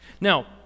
Now